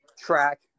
track